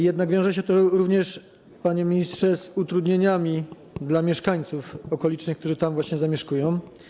Jednak wiąże się to również, panie ministrze, z utrudnieniami dla mieszkańców okolic, tych, którzy tam właśnie zamieszkują.